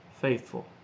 faithful